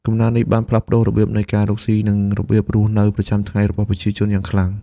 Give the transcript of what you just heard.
កំណើននេះបានផ្លាស់ប្ដូររបៀបនៃការរកស៊ី និងរបៀបរស់នៅប្រចាំថ្ងៃរបស់ប្រជាជនយ៉ាងខ្លាំង។